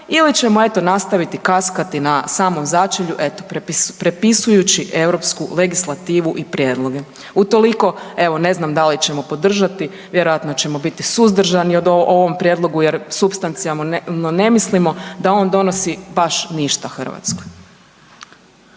ili ćemo eto nastaviti kaskati na samom začelju prepisujući europsku legislativu i prijedloge. Utoliko, evo ne znam da li ćemo podržati, vjerojatno ćemo biti suzdržani o ovom prijedlogu jer supstancijalno ne mislimo da on donosi baš ništa Hrvatskoj.